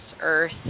earth